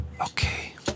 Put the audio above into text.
Okay